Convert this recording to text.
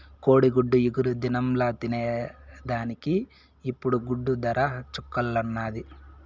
కోడిగుడ్డు ఇగురు దినంల తినేదానికి ఇప్పుడు గుడ్డు దర చుక్కల్లున్నాది